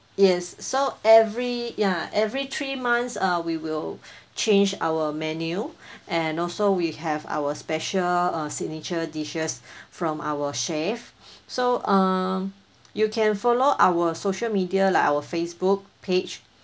yes so every ya every three months err we will change our menu and also we have our special err signature dishes from our chef so um you can follow our social media like our facebook page